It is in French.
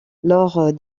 lors